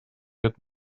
had